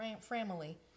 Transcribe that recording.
family